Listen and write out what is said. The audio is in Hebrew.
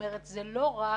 זה לא רק